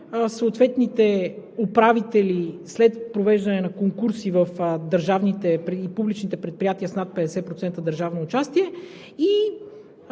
съответните управители след провеждане на конкурси в публичните предприятия с над 50% държавно участие и